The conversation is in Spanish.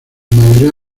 mayoría